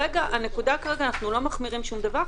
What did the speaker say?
הנקודה כרגע שאנחנו לא מחמירים שום דבר,